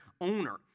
owner